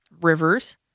Rivers